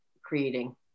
creating